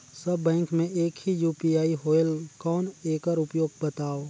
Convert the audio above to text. सब bank मे एक ही यू.पी.आई होएल कौन एकर उपयोग बताव?